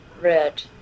red